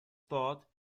thought